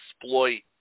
exploit